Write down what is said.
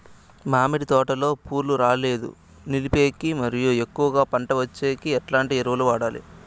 మామిడి తోటలో పూలు రాలేదు నిలిపేకి మరియు ఎక్కువగా పంట వచ్చేకి ఎట్లాంటి ఎరువులు వాడాలి?